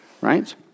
right